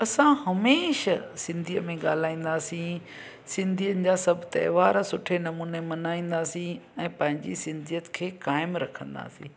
असां हमेशह सिंधीअ में ॻाल्हाईंदासीं सिंधीयुनि जा सभु तहिवार सुठे नमूने मल्हाईंदासीं ऐं पंहिंजी सिंधीयत खे क़ाइम रखंदासीं